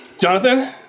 Jonathan